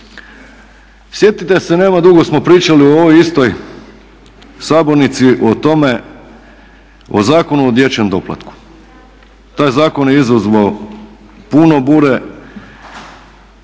Sjetite se nema dugo smo pričali u ovoj istoj sabornici o tome, o Zakonu o dječjem doplatku, taj zakon je izazvao puno bure,